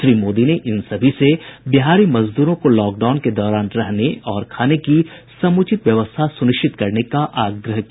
श्री मोदी ने इन सभी से बिहारी मजदूरों को लॉकडाउन के दौरान रहने और खाने की समुचित व्यवस्था सुनिश्चित करने का आग्रह किया